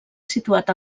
situat